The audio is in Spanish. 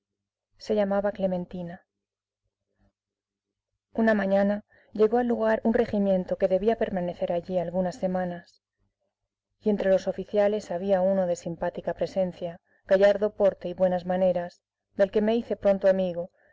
se llamaba clementina una mañana llegó al lugar un regimiento que debía permanecer allí algunas semanas y entre los oficiales había uno de simpática presencia gallardo porte y buenas maneras del que me hice pronto amigo